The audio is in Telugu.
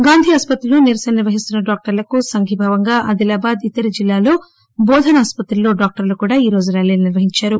గాంధీ ఆస్పత్రిలో నిరసన నిర్వహిస్తున్న డాక్టర్లకు సంఘీభావంగా ఆదిలాబాద్ ఇతర జిల్లాల్లో బోధన ఆసుపత్రిలో డాక్టర్లు కూడా ఈ రోజు ర్యాలీలు నిర్వహించారు